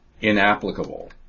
inapplicable